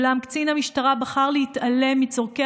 אולם קצין המשטרה בחר להתעלם מצורכי